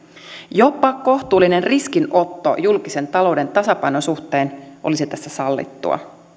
jopa kohtuullinen riskinotto julkisen talouden tasapainon suhteen olisi tässä sallittua